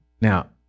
Now